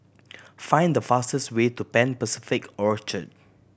find the fastest way to Pan Pacific Orchard